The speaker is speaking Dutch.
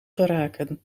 geraken